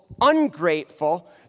ungrateful